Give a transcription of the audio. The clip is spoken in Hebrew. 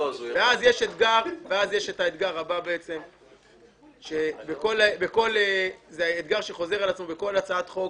האתגר הבא הוא אתגר שחוזר על עצמו בכל הצעת חוק